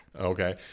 Okay